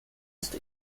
ist